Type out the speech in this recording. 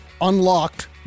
Unlocked